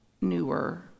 newer